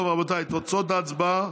תוצאות ההצבעה: